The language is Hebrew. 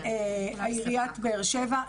עיריית באר שבע,